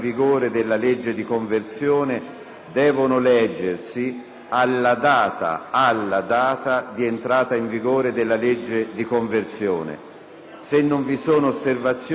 devono leggersi: «alla data di entrata in vigore della legge di conversione». Se non vi sono osservazioni, così rimane stabilito.